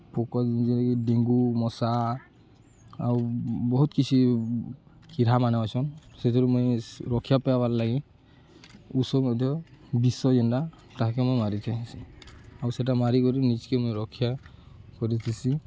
ପୋକ ଜେନ୍ଟାକି ଡେଙ୍ଗୁ ମଶା ଆଉ ବହୁତ କିଛି କୀଡ଼ାମାନେ ଅଛନ୍ ସେଥିରୁ ମୁଇଁ ରକ୍ଷା ପାଏବାର୍ ଲାଗି ଉଷ ମଧ୍ୟ ବିଷ ଜେନ୍ଟା ତାହାକେ ମୁଇଁ ମାରିଥାଏସି ଆଉ ସେଟା ମାରିିକରି ନିଜ୍କେ ମୁଇଁ ରକ୍ଷା କରିଥିସି